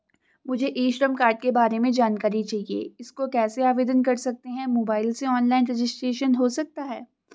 मुझे e Shram card के बारे में जानकारी चाहिए इसको कैसे आवेदन कर सकते हैं मोबाइल से ऑनलाइन रजिस्ट्रेशन हो सकता है?